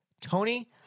Tony